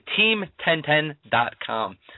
Team1010.com